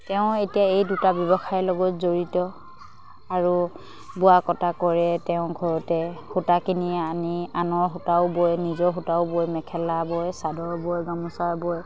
তেওঁ এতিয়া এই দুটা ব্যৱসায়ৰ লগত জড়িত আৰু বোৱা কটা কৰে তেওঁ ঘৰতে সূতা কিনি আনি আনৰ সূতাও বয় নিজৰ সূতাও বয় মেখেলা বয় চাদৰ বয় গামোচা বয়